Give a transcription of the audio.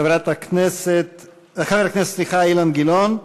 חבר הכנסת אילן גילאון,